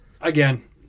again